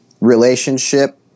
relationship